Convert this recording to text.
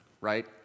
right